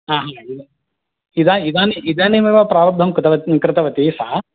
नैव इद इदानी इदानीमेव प्रारब्धं कृत कृतवती सा